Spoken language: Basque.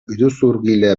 iruzurgile